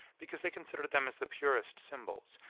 because they considered them as the purest symbols,